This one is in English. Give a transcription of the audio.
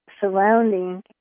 surrounding